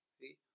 See